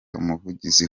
umuvugizi